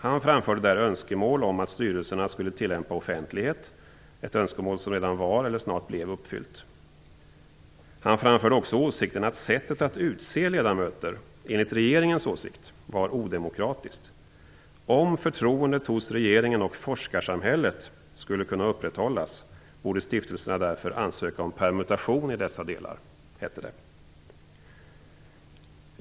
Han framförde där önskemål om att styrelserna skulle tillämpa offentlighet - ett önskemål som redan var eller snart blev uppfyllt. Han framförde också åsikten att sättet att utse ledamöter, enligt regeringens åsikt, var odemokratiskt. Om förtroendet hos regeringen och forskarsamhället skulle kunna upprätthållas, borde stiftelserna därför ansöka om permutation i dessa delar, hette det.